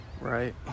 right